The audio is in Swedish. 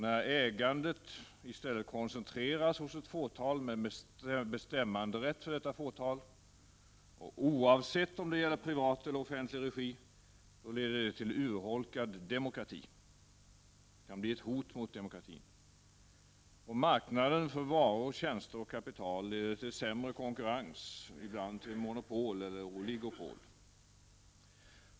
När ägandet i stället koncentreras hos ett fåtal, med bestämmanderätt för detta fåtal, oavsett om det sker i privat eller offentlig regi, leder det till en urholkning av demokratin. Det kan bli ett hot mot demokratin. På marknaden för varor, tjänster och kapital leder det till sämre konkurrens, ibland till monopol eller oligopol.